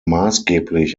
maßgeblich